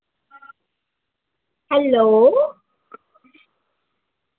hello